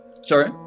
Sorry